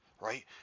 Right